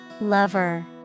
Lover